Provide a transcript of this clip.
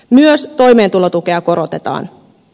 myös toimeentulotukea korotetaan